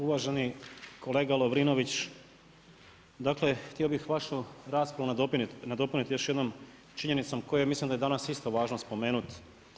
Uvaženi kolega Lovrinović, dakle htio bih vašu raspravu nadopuniti još jednom činjenicom koju ja mislim da je danas isto važna spomenuti.